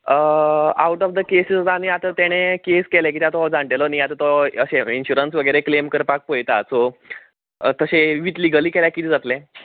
out of the cases आतां तांणे case केल्या कित्या हो आतां जाण्टेलो न्ही आतां तो इनशुरन्स वगेरा क्लेम करपाक पळयता सो तशें विथ लिगली केल्यार कितें जातलें